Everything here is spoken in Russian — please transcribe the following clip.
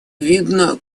видно